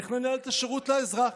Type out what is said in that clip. איך ננהל את השירות לאזרח,